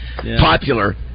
Popular